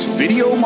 video